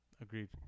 Agreed